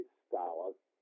stylist